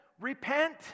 Repent